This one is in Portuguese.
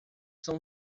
são